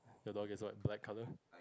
your dog is what black colour